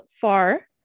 far